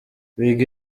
wiga